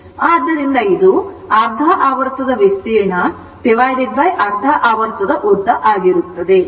ಆದ್ದರಿಂದ ಇದು ಅರ್ಧ ಆವರ್ತದ ವಿಸ್ತೀರ್ಣ ಅರ್ಧ ಆವರ್ತದ ಉದ್ದ ಆಗಿರುತ್ತದೆ